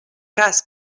cas